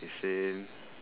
okay same